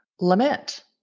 lament